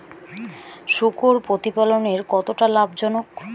শূকর প্রতিপালনের কতটা লাভজনক?